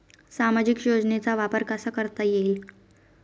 सामाजिक योजनेचा वापर कसा करता येईल?